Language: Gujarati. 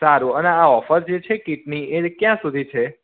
સારું અને આ ઓફર જે છે કીટની તે ક્યાં સુધી છે